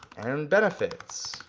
and benefits,